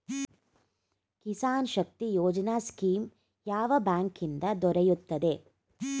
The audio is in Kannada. ಕಿಸಾನ್ ಶಕ್ತಿ ಯೋಜನಾ ಸ್ಕೀಮ್ ಯಾವ ಬ್ಯಾಂಕ್ ನಿಂದ ದೊರೆಯುತ್ತದೆ?